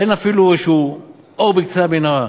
אין אפילו איזה אור בקצה המנהרה,